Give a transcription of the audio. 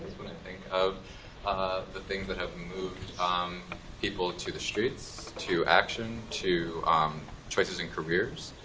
when i think of ah the things that have moved um people to the streets, to action, to um choices in careers.